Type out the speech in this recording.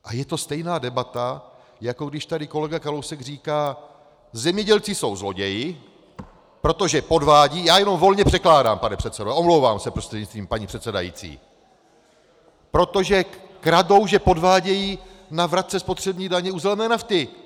A je to stejná debata, jako když tady kolega Kalousek říká: Zemědělci jsou zloději, protože podvádějí já jenom volně překládám, pane předsedo, omlouvám se prostřednictvím paní předsedající , protože kradou, že podvádějí na vratce spotřební daně u zelené nafty.